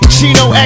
Chino